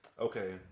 okay